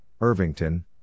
Irvington